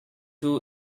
two